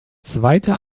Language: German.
zweite